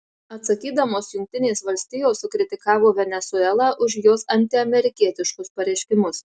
atsakydamos jungtinės valstijos sukritikavo venesuelą už jos antiamerikietiškus pareiškimus